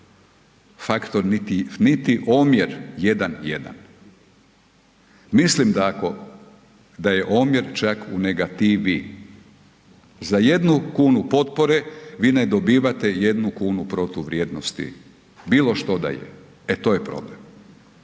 faktor niti omjer 1:1. Mislim da je omjer čak u negativi, za jednu kunu potpore, vi ne dobivate jednu kunu protuvrijednosti bilo što da je. E to je problem.